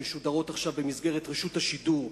שמשודרות עכשיו במסגרת רשות השידור,